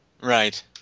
Right